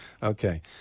Okay